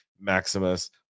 maximus